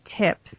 tips